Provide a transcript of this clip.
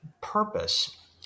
purpose